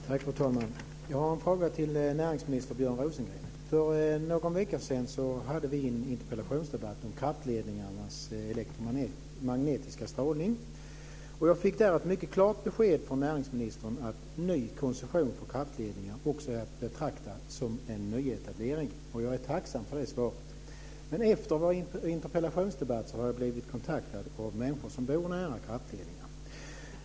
Fru talman! Jag har en fråga till näringsminister För någon vecka sedan hade vi en interpellationsdebatt om kraftledningarnas elektromagnetiska strålning. Jag fick där ett mycket klart besked från näringsministern om att ny koncession för kraftledningar också är att betrakta som en nyetablering. Jag är tacksam för det svaret. Efter vår interpellationsdebatt har jag blivit kontaktad av människor som bor nära kraftledningar.